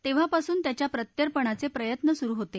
तेव्हापासून त्याच्या प्रत्यर्पणाचे प्रयत्न सुरू होते